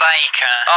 Baker